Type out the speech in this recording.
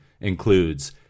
includes